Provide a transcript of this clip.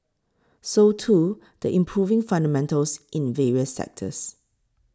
so too the improving fundamentals in various sectors